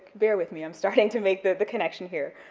bear with me, i'm starting to make the connection here.